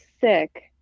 sick